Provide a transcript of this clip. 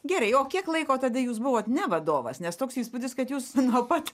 gerai o kiek laiko tada jūs buvot ne vadovas nes toks įspūdis kad jūs nuo pat